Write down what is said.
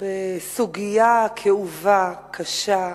בסוגיה כאובה, קשה,